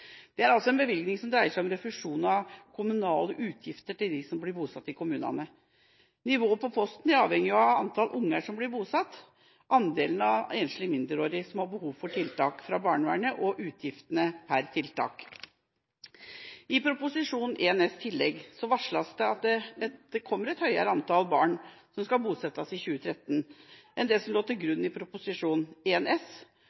er en bevilgning som dreier seg om refusjon av kommunale utgifter til de som blir bosatt i kommunene. Nivået på posten avhenger av antallet barn som blir bosatt, andelen av de enslige mindreårige som har behov for tiltak fra barnevernet og utgiftene per tiltak. I Prop. 1 S Tillegg 1 for 2013–2014 varsles det et høyere antall barn som skal bosettes i 2013, enn det som lå til grunn i Prop. 1 S,